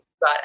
Got